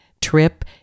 trip